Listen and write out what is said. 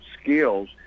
skills